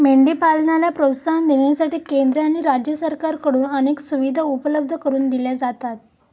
मेंढी पालनाला प्रोत्साहन देण्यासाठी केंद्र आणि राज्य सरकारकडून अनेक सुविधा उपलब्ध करून दिल्या जातात